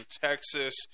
Texas